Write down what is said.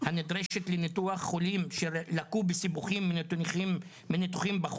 הנדרשת לניתוח חולים שלקו מסיבוכים מניתוחים שעברו